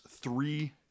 three